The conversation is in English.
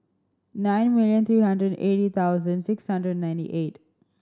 nine million three hundred and eighty thousand six hundred and ninety eight